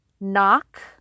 Knock